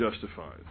justified